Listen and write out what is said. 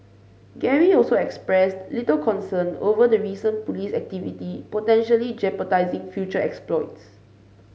Gary also expressed little concern over the recent police activity potentially jeopardising future exploits